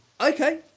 okay